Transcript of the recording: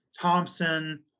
Thompson